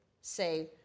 say